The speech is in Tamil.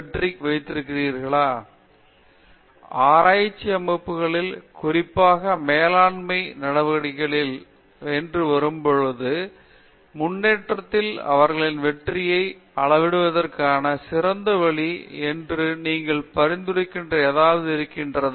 பேராசிரியர் பிரதாப் ஹரிதாஸ் ஆராய்ச்சி அமைப்புகளில் குறிப்பாக மேலாண்மை நடவடிக்கைகள் என்று வருந்தபொழுது முன்னேற்றத்தில் அவர்களின் வெற்றியை அளவிடுவதற்கான சிறந்த வழி என்று நீங்கள் பரிந்துரைக்கிற ஏதாவது இருக்கிறதா